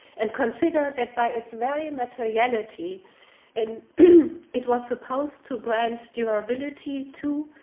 and consider that by its very and materiality and it was supposed to grant durability to,